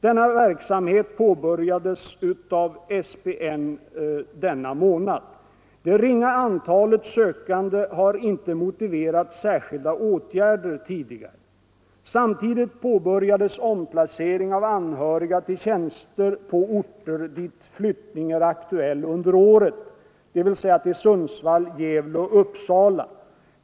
Denna verksamhet påbörjas av SPN under denna månad. Det ringa antalet sökande har inte motiverat särskilda åtgärder tidigare. Samtidigt påbörjas omplacering av anhöriga till tjänster på orter, dit flyttning är aktuell under året, dvs. till Sundsvall, Gävle och Uppsala.